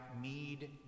Mead